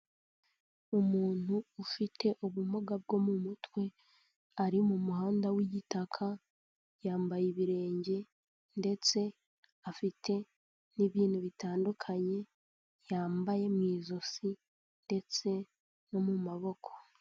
Umuntu ufite ubumuga bwo mu mutwe, ari mu muhanda w'igitaka yambaye ibirenge ndetse afite n'ibintu bitandukanye yambaye mu ijosi ndetse no mu maboko.